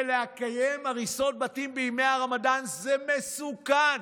ולקיים הריסות בתים בימי הרמדאן זה מסוכן.